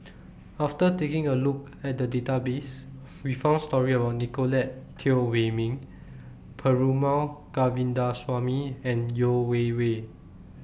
after taking A Look At The Database We found stories about Nicolette Teo Wei Min Perumal Govindaswamy and Yeo Wei Wei